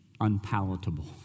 unpalatable